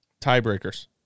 tiebreakers